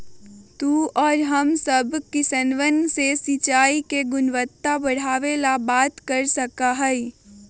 तू और हम सब किसनवन से सिंचाई के गुणवत्ता बढ़ावे ला बात कर सका ही